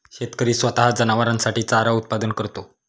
शेतकरी स्वतः जनावरांसाठी चारा उत्पादन करतो